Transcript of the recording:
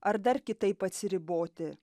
ar dar kitaip atsiriboti